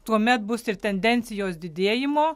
tuomet bus ir tendencijos didėjimo